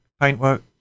Paintwork